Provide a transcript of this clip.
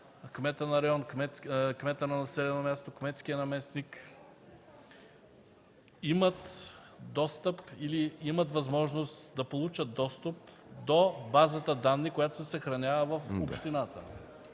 кметът на населено място, кметският наместник имат достъп или имат възможност да получат достъп до базата данни, която се съхранява в общината.